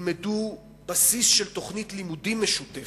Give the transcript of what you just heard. ילמדו בסיס של תוכנית לימודים משותפת,